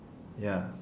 ya